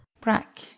Brack